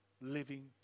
living